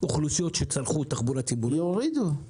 אוכלוסיות שצרכו תחבורה ציבורית יפסיקו.